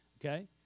okay